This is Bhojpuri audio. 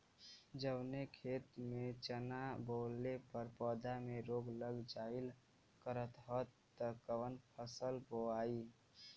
जवने खेत में चना बोअले पर पौधा में रोग लग जाईल करत ह त कवन फसल बोआई?